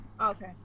Okay